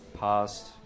past